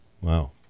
wow